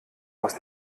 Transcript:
aus